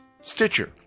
Stitcher